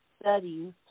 studies